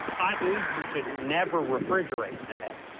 five foods you should never refrigerate and ahead.